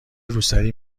روسری